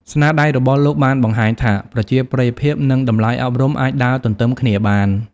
ស្នាដៃរបស់លោកបានបង្ហាញថា ប្រជាប្រិយភាព និងតម្លៃអប់រំអាចដើរទន្ទឹមគ្នាបាន។